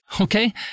okay